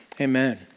amen